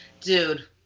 Dude